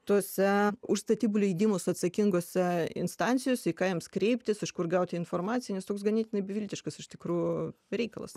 tose už statybų leidimus atsakingose instancijose į ką jiems kreiptis iš kur gauti informaciją nes toks ganėtinai beviltiškas iš tikrų reikalas